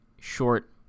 short